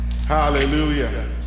Hallelujah